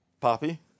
Poppy